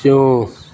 ଯେଉଁ